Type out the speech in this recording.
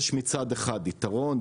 יש מצד אחד יתרון,